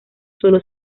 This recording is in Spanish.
solo